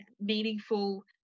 meaningful